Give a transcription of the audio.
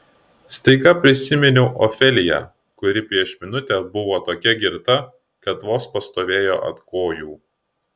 staiga prisiminiau ofeliją kuri prieš minutę buvo tokia girta kad vos pastovėjo ant kojų